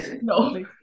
no